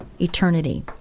eternity